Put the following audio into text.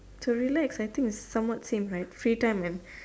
to relax I think it's somewhat same right free time and